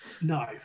no